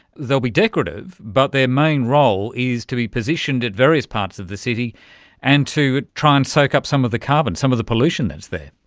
they will be decorative but their main role is to be positioned at various parts of the city and to try and soak up some of the carbon, some of the pollution that's there.